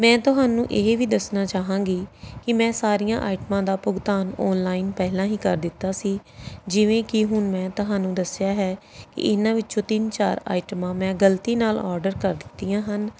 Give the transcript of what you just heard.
ਮੈਂ ਤੁਹਾਨੂੰ ਇਹ ਵੀ ਦੱਸਣਾ ਚਾਹਾਂਗੀ ਕਿ ਮੈਂ ਸਾਰੀਆਂ ਆਈਟਮਾਂ ਦਾ ਭੁਗਤਾਨ ਆਨਲਾਈਨ ਪਹਿਲਾਂ ਹੀ ਕਰ ਦਿੱਤਾ ਸੀ ਜਿਵੇਂ ਕਿ ਹੁਣ ਮੈਂ ਤੁਹਾਨੂੰ ਦੱਸਿਆ ਹੈ ਕਿ ਇਹਨਾਂ ਵਿੱਚੋਂ ਤਿੰਨ ਚਾਰ ਆਈਟਮਾਂ ਮੈਂ ਗਲਤੀ ਨਾਲ ਆਰਡਰ ਕਰ ਦਿੱਤੀਆਂ ਹਨ